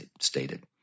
stated